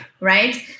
right